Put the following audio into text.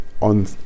on